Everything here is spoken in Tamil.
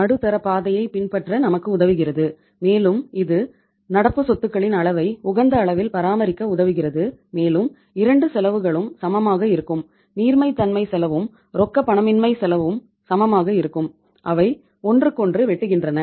நடுத்தர பாதையைப் பின்பற்ற நமக்கு உதவுகிறது மேலும் இது நடப்பு சொத்துகளின் அளவை உகந்த அளவில் பராமரிக்க உதவுகிறது மேலும் இரண்டு செலவுகளும் சமமாக இருக்கும் நீர்மைத்தன்மை செலவும் ரொக்கப்பணமின்மை செலவும் சமமாக இருக்கும் அவை ஒன்றுக்கொன்று வெட்டுகின்றன